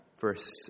verse